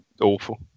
awful